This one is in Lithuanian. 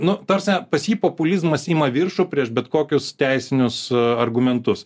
nu ta prasme pas jį populizmas ima viršų prieš bet kokius teisinius argumentus